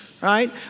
right